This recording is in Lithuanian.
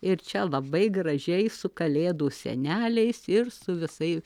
ir čia labai gražiai su kalėdų seneliais ir su visai